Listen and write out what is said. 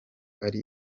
ari